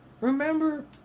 remember